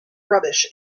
rubbish